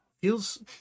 Feels